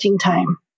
time